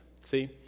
See